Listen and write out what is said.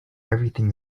everything